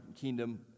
kingdom